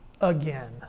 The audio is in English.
Again